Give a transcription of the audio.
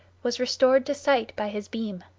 was restored to sight by his beam.